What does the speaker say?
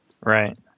Right